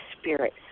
spirit